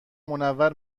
منور